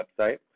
website